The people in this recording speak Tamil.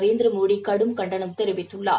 நரேந்திர மோடி கடும் கண்டணம் தெரிவித்துள்ளார்